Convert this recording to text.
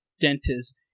dentists